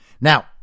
Now